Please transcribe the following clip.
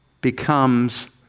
becomes